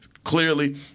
Clearly